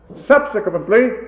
subsequently